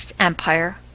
empire